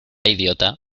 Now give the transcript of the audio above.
idiota